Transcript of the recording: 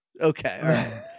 Okay